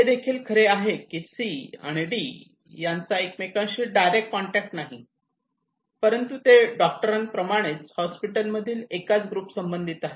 हे देखील खरे आहे की सी आणि डी यांचाही एकमेकांशी डायरेक्ट कॉन्टॅक्ट नाही परंतु ते डॉक्टरां प्रमाणेच हॉस्पिटलमधील एकाच ग्रुप संबंधित आहेत